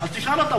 תשאל אותם,